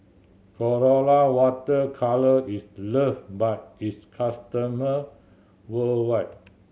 Colora Water Colour is loved by its customer worldwide